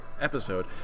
episode